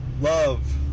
love